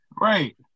Right